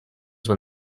when